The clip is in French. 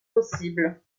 possibles